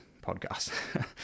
podcast